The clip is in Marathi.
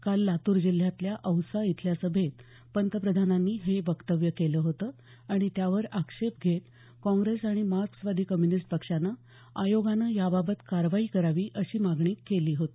काल लातूर जिल्ह्यातील औसा इथल्या सभेत पंतप्रधानांनी हे वक्तव्य केलं होतं आणि त्यावर आक्षेप घेत काँग्रेस आणि मार्क्सवादी कम्युनिस्ट पक्षानं आयोगानं याबाबत कारवाई करावी अशी मागणी केली होती